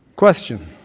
Question